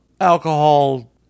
alcohol